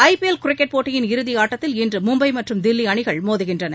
IPL cricket போட்டியின் இறுதி ஆட்டத்தில் இன்று மும்பை மற்றும் தில்லி அணிகள் மோதுகின்றன